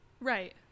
right